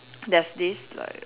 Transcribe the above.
there's this like